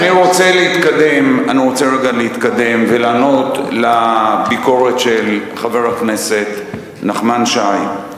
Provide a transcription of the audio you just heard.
אני רוצה רגע להתקדם ולענות על הביקורת של חבר הכנסת נחמן שי.